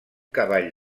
cavall